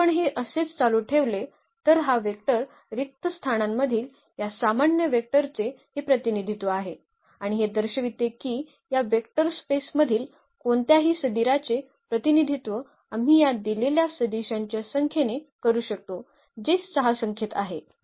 जर आपण हे असेच चालू ठेवले तर हा वेक्टर रिक्त स्थानांमधील या सामान्य वेक्टरचे हे प्रतिनिधित्व आहे आणि हे दर्शविते की या वेक्टर स्पेसमधील कोणत्याही सदिराचे प्रतिनिधित्व आम्ही या दिलेल्या सदिशांच्या संख्येने करू शकतो जे 6 संख्येत आहेत